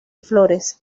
flores